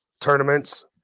tournaments